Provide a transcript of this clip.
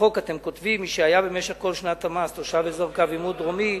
ובחוק אתם כותבים: "מי שהיה במשך כל שנת המס תושב אזור קו עימות דרומי,